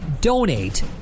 donate